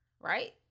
Right